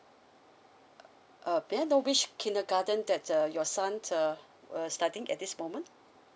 uh may I know which kindergarten that's uh your son's uh uh studying at this moment